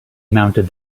mounted